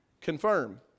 confirm